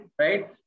right